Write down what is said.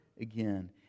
again